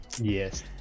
yes